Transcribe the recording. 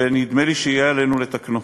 ונדמה לי שיהיה עלינו לתקנו.